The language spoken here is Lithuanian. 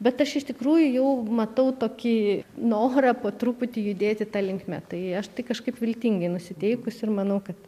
bet aš iš tikrųjų jau matau tokį norą po truputį judėti ta linkme tai aš kažkaip viltingai nusiteikusi ir manau kad